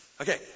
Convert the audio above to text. Okay